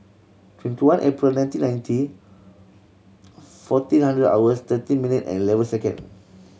twenty one April nineteen ninety fourteen hundred hours thirteen minute and eleven second